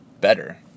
better